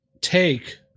take